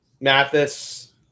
Mathis